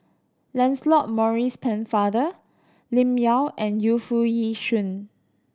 Lancelot Maurice Pennefather Lim Yau and Yu Foo Yee Shoon